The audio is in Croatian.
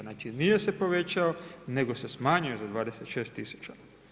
Znači nije se povećao nego se smanjio za 26 tisuća.